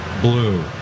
Blue